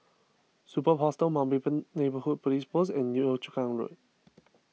Superb Hostel Mountbatten Neighbourhood Police Post and Yio Chu Kang Road